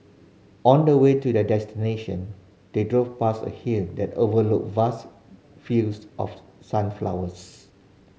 on the way to their destination they drove past a hill that overlooked vast fields of sunflowers